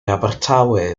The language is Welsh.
abertawe